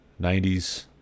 90s